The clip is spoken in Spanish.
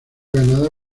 ganada